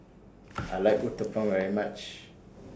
I like Uthapam very much